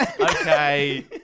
Okay